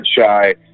shy